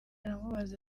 aramubaza